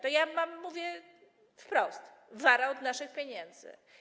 To ja wam mówię wprost: wara od naszych pieniędzy.